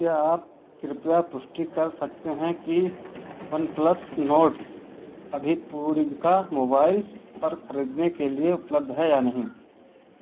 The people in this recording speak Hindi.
क्या आप कृपया पुष्टि कर सकते हैं कि वनप्लस नोर्ड्स अभी पूर्विका मोबाइल्स पर खरीदने के लिए उपलब्ध है या नहीं